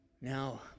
Now